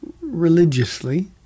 religiously